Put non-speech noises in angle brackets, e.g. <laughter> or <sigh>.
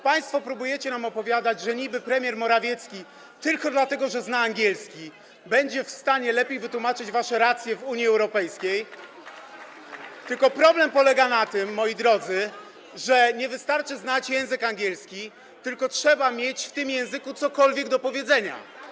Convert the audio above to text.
Państwo próbujecie nam opowiadać, że niby premier Morawiecki tylko dlatego, że zna angielski, będzie w stanie lepiej wytłumaczyć wasze racje w Unii Europejskiej, <applause> tylko problem polega na tym, moi drodzy, że nie wystarczy znać język angielski, trzeba mieć w tym języku cokolwiek do powiedzenia.